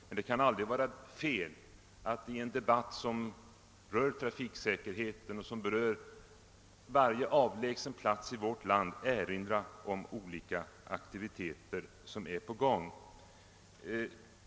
Men det kan aldrig vara fel att i en debatt som rör trafiksäkerheten och som berör varje avlägsen plats i vårt land erinra om olika aktiviteter som pågår.